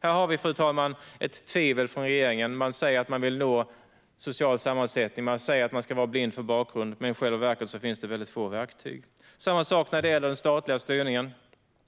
Här har vi, fru talman, ett tvivel från regeringen: Man säger att man vill nå en allsidig social sammansättning och att man ska vara blind för bakgrund, men i själva verket finns det väldigt få verktyg. Det är samma sak när det gäller den statliga styrningen.